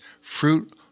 fruit